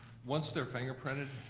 once they're fingerprinted,